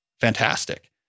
fantastic